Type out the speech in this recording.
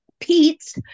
Pete's